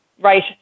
Right